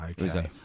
Okay